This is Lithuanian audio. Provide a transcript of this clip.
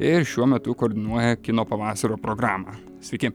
ir šiuo metu koordinuoja kino pavasario programą sveiki